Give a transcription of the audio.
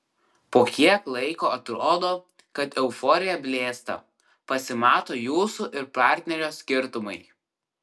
po kiek laiko atrodo kad euforija blėsta pasimato jūsų ir partnerio skirtumai